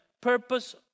Purpose